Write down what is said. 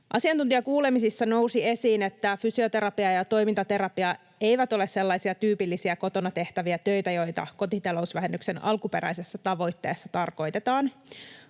Asiantuntijakuulemisissa nousi esiin, että fysioterapia ja toimintaterapia eivät ole sellaisia tyypillisiä kotona tehtäviä töitä, joita kotitalousvähennyksen alkuperäisessä tavoitteessa tarkoitetaan.